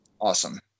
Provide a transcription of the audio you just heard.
awesome